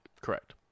Correct